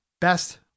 Best